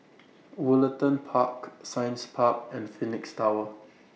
Woollerton Park Science Park and Phoenix Tower